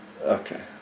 Okay